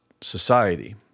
society